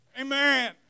Amen